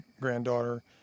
granddaughter